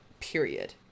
Period